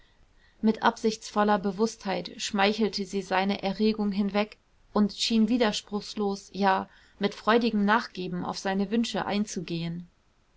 mit absichtsvoller bewußtheit schmeichelte sie seine erregung hinweg und schien widerspruchslos ja mit freudigem nachgeben auf seine wünsche einzugehen